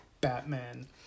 Batman